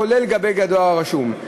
כולל לגבי הדואר הרשום.